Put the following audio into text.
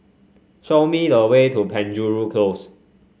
show me the way to Penjuru Close